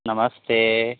नमस्ते